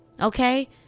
Okay